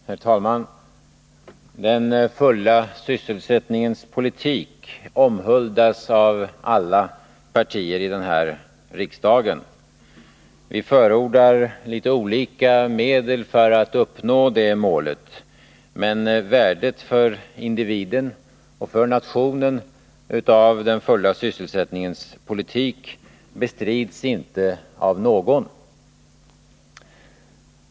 Herr talman! Den fulla sysselsättningens politik omhuldas av alla partier i denna riksdag. Vi förordar litet olika medel för att uppnå det målet, men värdet för individen och för nationen av den fulla sysselsättningens politik bestrids inte av någon.